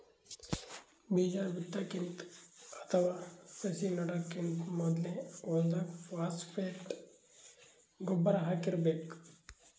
ಬೀಜಾ ಬಿತ್ತಕ್ಕಿಂತ ಅಥವಾ ಸಸಿ ನೆಡಕ್ಕಿಂತ್ ಮೊದ್ಲೇ ಹೊಲ್ದಾಗ ಫಾಸ್ಫೇಟ್ ಗೊಬ್ಬರ್ ಹಾಕಿರ್ಬೇಕ್